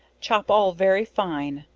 chop all very fine,